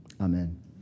Amen